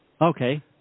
Okay